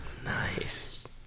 Nice